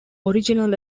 original